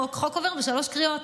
צריך חוק, חוק עובר בשלוש קריאות.